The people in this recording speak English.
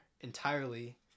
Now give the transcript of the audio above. entirely